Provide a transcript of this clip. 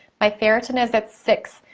my ferritin is at six.